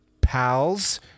pals